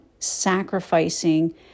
sacrificing